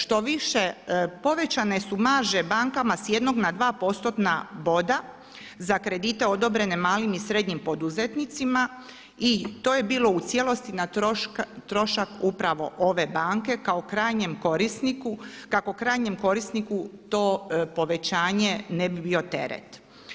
Štoviše povećane su marže bankama s jednog na dva postotna boda za kredite odobrene malim i srednjim poduzetnicima i to je bilo u cijelosti na trošak upravo ove banke kao krajnjem korisniku, kako krajnjem korisniku to povećanje ne bi bio teret.